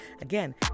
again